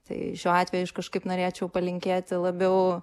tai šiuo atveju aš kažkaip norėčiau palinkėti labiau